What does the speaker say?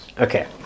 Okay